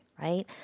right